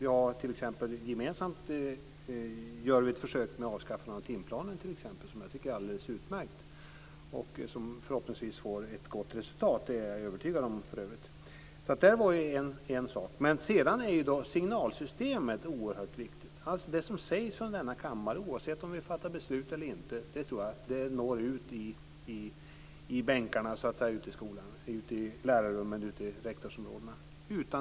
Vi gör t.ex. gemensamt ett försök med ett avskaffande av timplanen, som jag tycker är alldeles utmärkt, och som förhoppningsvis får ett gott resultat. Det är jag för övrigt övertygad om. Det är en sak. Sedan är signalsystemet oerhört viktigt. Det som sägs från denna kammare, oavsett om vi fattar beslut eller inte, når utan tvekan ut till bänkarna och lärarrummen ute i skolan och till rektorsområdena.